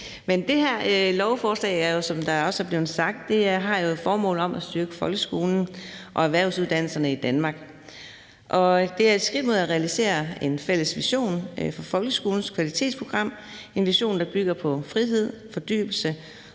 Det her lovforslag har jo, som det også er blevet sagt, som formål at styrke folkeskolen og erhvervsuddannelserne i Danmark. Det er et skridt på vejen mod at realisere en fælles vision for folkeskolens kvalitetsprogram – en vision, der bygger på frihed, fordybelse